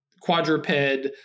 quadruped